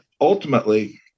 ultimately